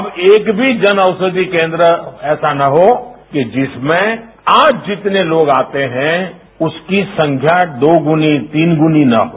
अब एक भी जनऔषधि केन्द्र ऐसा न हो जिसमें आज जितने लोग आते हैं उसकी संख्या दोगुनी प्रिगुनी न हो